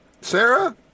Sarah